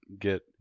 get